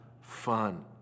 fun